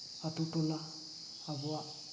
ᱟᱛᱳᱼᱴᱚᱞᱟ ᱟᱵᱚᱣᱟᱜ